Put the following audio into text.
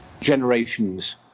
generations